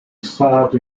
served